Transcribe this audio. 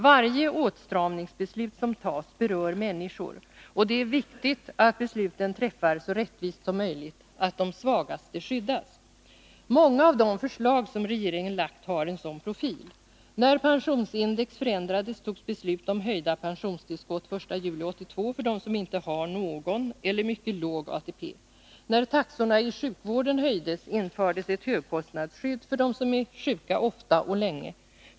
Varje åtstramningsbeslut som fattas berör människor, och det är viktigt att besluten träffar så rättvist som möjligt, så att de svagaste skyddas. Många av de förslag som regeringen har lagt fram har en sådan profil. När pensionsindexet förändrades fattades beslut om höjda pensionstillskott den 1 juli 1982 för dem som inte har någon eller har mycket låg ATP. När taxorna i sjukvården höjdes infördes ett högkostnadsskydd för dem som är sjuka ofta och länge.